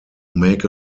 make